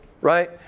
Right